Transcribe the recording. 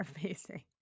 Amazing